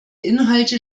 inhalte